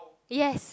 yes